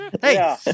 hey